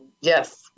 Yes